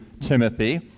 Timothy